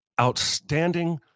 outstanding